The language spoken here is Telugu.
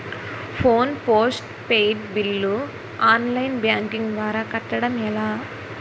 Phone postpaid bill online banking ద్వారా కట్టడం ఎలా?